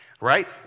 right